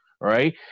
Right